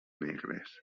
negres